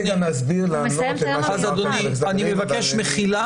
רציתי גם להסביר --- אז אדוני אני מבקש מחילה,